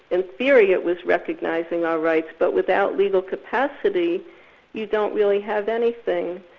in theory it was recognising our rights but without legal capacity you don't really have anything.